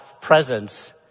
presence